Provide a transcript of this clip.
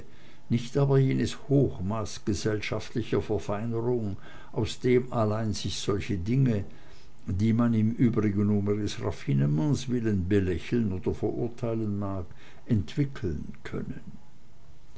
nicht aber jenes hochmaß gesellschaftlicher verfeinerung aus dem allein sich solche dinge die man im übrigen um ihres raffinements willen belächeln oder verurteilen mag entwickeln können